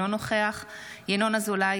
אינו נוכח ינון אזולאי,